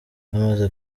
bamaze